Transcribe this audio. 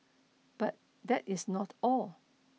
but that is not all